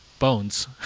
bones